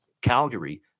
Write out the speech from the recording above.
Calgary